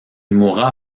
mourra